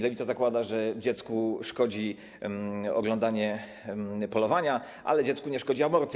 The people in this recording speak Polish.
Lewica zakłada, że dziecku szkodzi oglądanie polowania, ale dziecku nie szkodzi aborcja.